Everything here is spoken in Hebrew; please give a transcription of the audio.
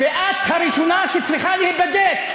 ואת הראשונה שצריכה להיבדק.